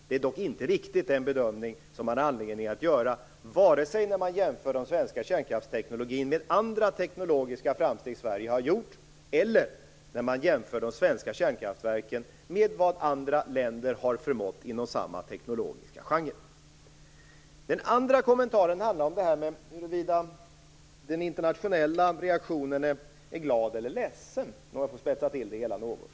Det är dock inte riktigt den bedömning som man har anledning att göra vare sig när man jämför den svenska kärnkraftteknologin med andra teknologiska framsteg som Sverige har gjort eller när man jämför de svenska kärnkraftverken med vad andra länder har förmått inom samma teknologiska genre. Den andra kommentaren handlar om huruvida den internationella reaktionen är glad eller ledsen, för att spetsa till det hela något.